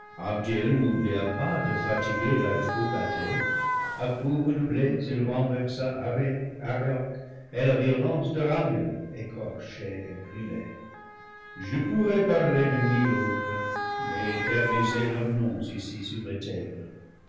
n'oublia pas de fatiguer la troupe athée à coups redoublés il renversa ariel arioc et la violence de ramiel écorché et brûlé je pourrais parler de mille autres et éterniser leurs noms ici sur la terre